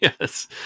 Yes